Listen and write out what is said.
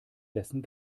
dessen